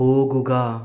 പോകുക